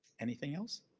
anything else?